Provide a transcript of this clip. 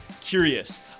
curious